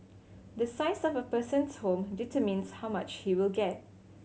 the size of a person's home determines how much he will get